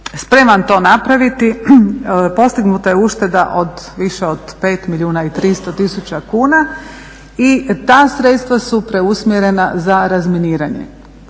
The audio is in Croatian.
spreman to napraviti. Postignuta je ušteda od više od 5 milijuna i 300 tisuća kuna. I ta sredstva su preusmjerena za razminiranje.